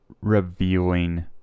revealing